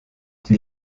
die